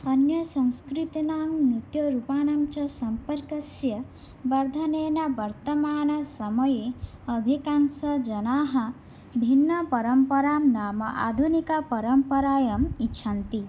अन्यसंस्कृतीनां नृत्यरूपाणां च सम्पर्कस्य वर्धनेन वर्तमानसमये अधिकांशजनाः भिन्नपरम्पराणाम् आधुनिकपरम्परायाम् इच्छन्ति